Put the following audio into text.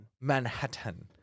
Manhattan